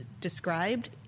described